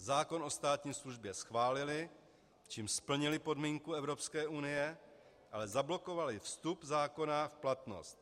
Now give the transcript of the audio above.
Zákon o státní službě schválili, čímž splnili podmínku Evropské unie, ale zablokovali vstup zákona v platnost.